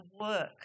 work